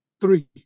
three